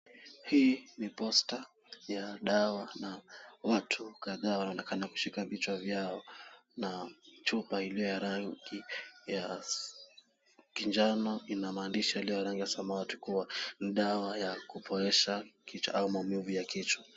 Hii ni posta ya dawa na watu wanaonekana kushika vichwa vyao. Chupa iliyo ya rangi ya kinjano ina maandishi ya rangi ya samawati kuwa ni dawa ya kupoesha kichwa au maumivu ya kichwa.